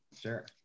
sure